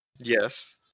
Yes